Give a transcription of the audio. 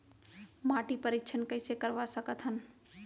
माटी परीक्षण कइसे करवा सकत हन?